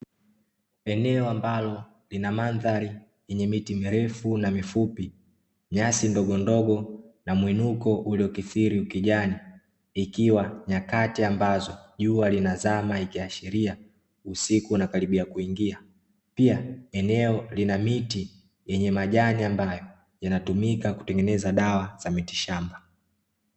Eneo ambalo lina mandhari yenye miti mirefu na mifupi, nyasi ndogondogo, na mwinuko uliokithiri ukijani, ikiwa nyakati ambazo jua linazama, ikiashiria usiku unakaribia kuingia. Pia eneo linamiti yenye majani ambayo yanatumika kutengeneza dawa za mitishamba.